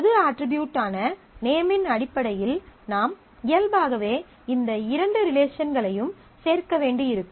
பொது அட்ரிபியூட்டான நேமின் அடிப்படையில் நாம் இயல்பாகவே இந்த இரண்டு ரிலேசன்களையும் சேர்க்க வேண்டியிருக்கும்